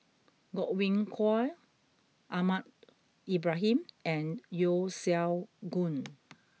Godwin Koay Ahmad Ibrahim and Yeo Siak Goon